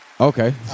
Okay